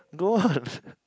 go on